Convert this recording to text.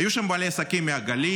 היו שם בעלי עסקים מהגליל,